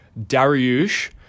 Dariush